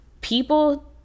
people